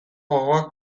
gogoak